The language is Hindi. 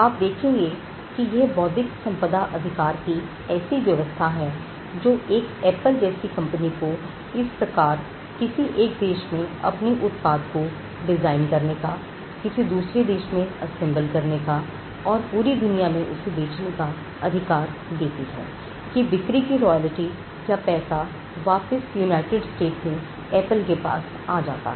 आप देखेंगे कि यह बौद्धिक संपदा अधिकार की ऐसी व्यवस्था है जो एक एप्पल जैसी कंपनी को इस प्रकार किसी एक देश में अपने उत्पाद को डिजाइन करने का और किसी दूसरे देश में असेंबल करने का और पूरी दुनिया में उसे बेचने का अधिकार देती है कि बिक्री की रॉयल्टी या पैसा वापस यूनाइटेड स्टेट में एप्पल के पास आ जाता है